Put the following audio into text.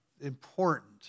important